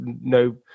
no